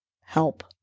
help